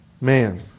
man